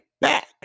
back